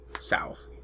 South